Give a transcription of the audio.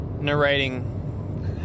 narrating